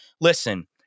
listen